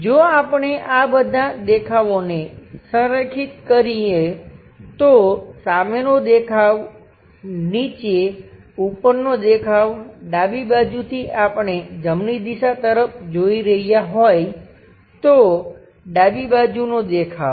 જો આપણે આ બધાં દેખાવોને સંરેખિત કરીએ તો સામેનો દેખાવ નીચે ઉપરનો દેખાવ ડાબી બાજુથી આપણે જમણી દિશા તરફ જોઈ રહ્યા હોય તો ડાબી બાજુનો દેખાવ